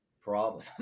problem